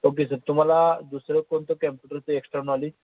okay sir तुम्हाला दुसरं कोणतं कॅम्प्युटरचं एक्स्ट्रा नॉलेज